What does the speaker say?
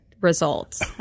results